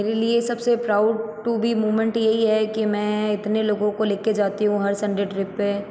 मेरे लिए सबसे प्राउड टू बी मूमेंट यही है कि मैं इतने लोगों को लेकर जाती हूँ हर संडे ट्रिप पर